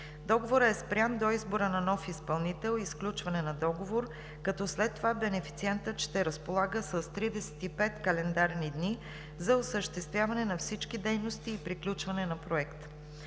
Договорът е спрян до избора на нов изпълнител и сключване на договор, като след това бенефициентът ще разполага с 35 календарни дни за осъществяване на всички дейности и приключване на Проекта.